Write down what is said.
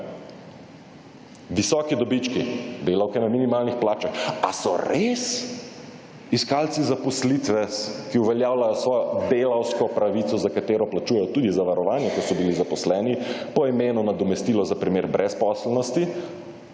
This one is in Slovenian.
Visoki dobički, delavke na minimalnih plačah. Ali so res iskalci zaposlitve, ki uveljavljajo svojo delavsko pravico, za katero plačujejo tudi zavarovanje, ker so bili zaposleni, po imenu nadomestilo za primer brezposelnosti,